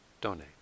donate